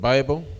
Bible